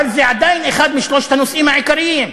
אבל זה עדיין אחד משלושת הנושאים העיקריים.